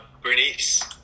Bernice